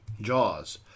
Jaws